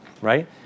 right